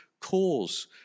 cause